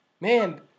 man